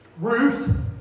Ruth